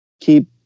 keep